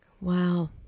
Wow